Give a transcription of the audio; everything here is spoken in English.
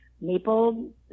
maple